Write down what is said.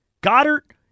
Goddard